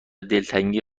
دلتنگی